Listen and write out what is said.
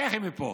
לכי מפה.